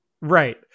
Right